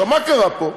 עכשיו, מה קרה פה?